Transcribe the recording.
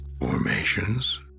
formations